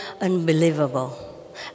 unbelievable